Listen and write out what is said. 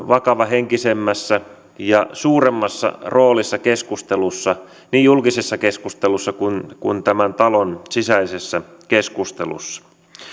vakavahenkisemmässä ja suuremmassa roolissa keskustelussa niin julkisessa keskustelussa kuin tämän talon sisäisessä keskustelussa